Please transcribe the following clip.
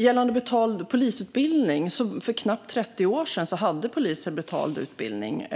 Fru talman! För knappt 30 år sedan hade poliser betald utbildning